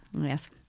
Yes